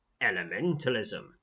elementalism